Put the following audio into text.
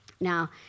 Now